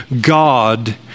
God